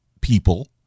people